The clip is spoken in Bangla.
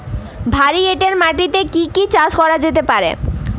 ভারী এঁটেল মাটিতে কি কি চাষ করা যেতে পারে?